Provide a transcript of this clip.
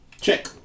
Check